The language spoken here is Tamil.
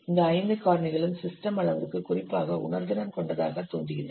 இந்த ஐந்து காரணிகளும் சிஸ்டம் அளவிற்கு குறிப்பாக உணர்திறன் கொண்டதாகத் தோன்றுகின்றன